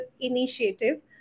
initiative